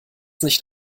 nicht